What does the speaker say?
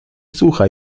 słuchał